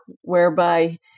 whereby